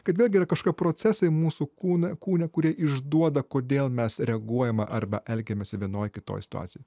kadangi yra kažkokie procesai mūsų kūne kūne kurie išduoda kodėl mes reaguojama arba elgiamės vienoj kitoj situacijoj